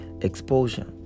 exposure